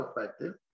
effective